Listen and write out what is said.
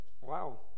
wow